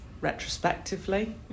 retrospectively